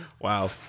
Wow